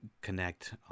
connect